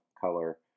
color